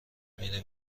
میری